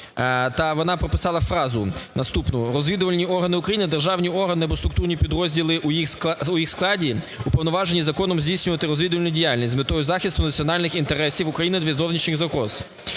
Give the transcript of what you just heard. вона прописала фразу наступну: "Розвідувальні органи України – державні органи або структурні підрозділи у їх складі, уповноважені законом здійснювати розвідувальну діяльність з метою захисту національних інтересів України від зовнішніх загроз".